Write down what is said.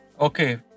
Okay